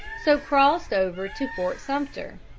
so crossed over to fort sumter.